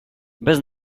bez